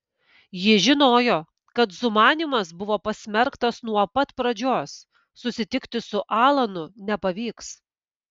ji žinojo kad sumanymas buvo pasmerktas nuo pat pradžios susitikti su alanu nepavyks